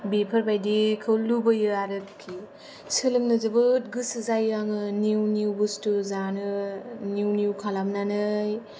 बेफोरबादिखौ लुबैयो आरोखि सोलोंनो जोबोद गोसो जायो आङो निउ निउ बस्थु जानो निउ निउ खालामनानै